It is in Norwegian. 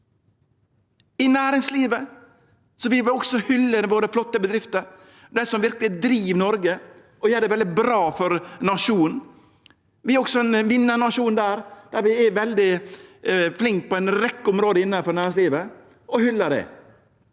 I næringslivet vil vi også hylle våre flotte bedrifter, dei som verkeleg driv Noreg og gjer det veldig bra for nasjonen. Vi er også ein vinnarnasjon der. Ja, vi er veldig flinke på ei rekkje område innanfor næringslivet – og hyllar det.